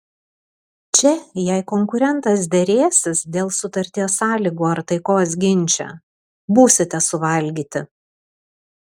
čia jei konkurentas derėsis dėl sutarties sąlygų ar taikos ginče būsite suvalgyti